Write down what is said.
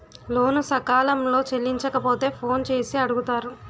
లోను సకాలంలో చెల్లించకపోతే ఫోన్ చేసి అడుగుతారు